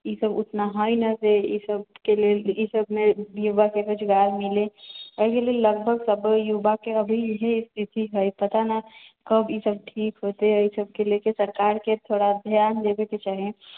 ईसब उतना है न जे ईसब के लेल कि ईसब मे युवाके रोजगार मिलै एहि लिये सब युवाके लगभग अभी यही स्थिति है पता ने कब ईसब ठीक होतै एहि सब लए के सरकारके थोड़ा सा ध्यान देबे के चाही